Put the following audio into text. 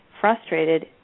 frustrated